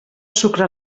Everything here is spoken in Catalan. sucre